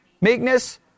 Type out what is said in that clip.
meekness